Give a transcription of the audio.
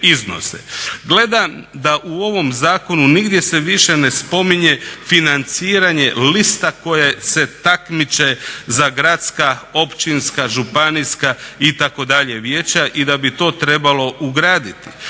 Gledam da u ovom zakonu nigdje se više ne spominje financiranje lista koje se natječu za gradska, općinska, županijska itd. vijeća i da bi to trebalo ugraditi,